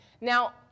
Now